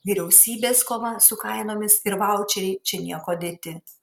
vyriausybės kova su kainomis ir vaučeriai čia niekuo dėti